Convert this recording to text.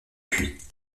puits